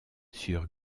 sur